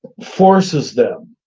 forces them,